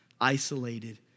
isolated